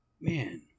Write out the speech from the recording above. Man